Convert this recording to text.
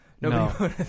No